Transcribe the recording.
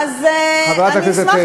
חברת הכנסת שולי מועלם.